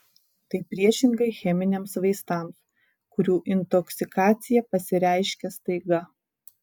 tai priešingai cheminiams vaistams kurių intoksikacija pasireiškia staiga